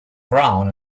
brown